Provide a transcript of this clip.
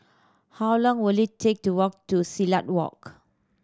how long will it take to walk to Silat Walk